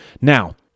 Now